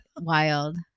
wild